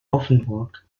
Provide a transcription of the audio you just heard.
offenburg